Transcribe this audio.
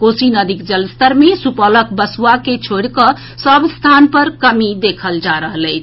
कोसी नदीक जलस्तर मे सुपौलक बसुआ के छोड़िकऽ सभ स्थान पर कमी देखल जा रहल अछि